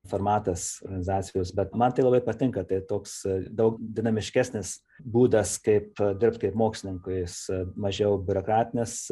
formatas organizacijos bet man tai labai patinka tai toks daug dinamiškesnis būdas kaip dirbt kaip mokslininkui jis mažiau biurokratinis